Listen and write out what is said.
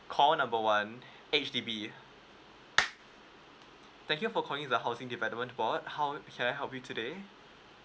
call number one H_D_B thank you for calling the housing development board how can I help you today